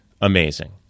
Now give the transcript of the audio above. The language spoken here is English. amazing